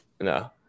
No